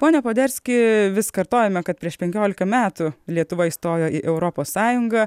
pone poderski vis kartojame kad prieš penkiolika metų lietuva įstojo į europos sąjungą